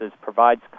provides